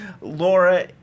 Laura –